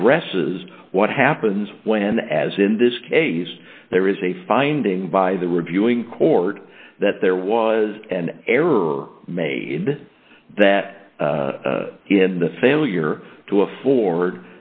addresses what happens when as in this case there is a finding by the reviewing court that there was an error made that in the failure to afford